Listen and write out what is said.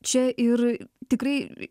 čia ir tikrai